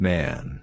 Man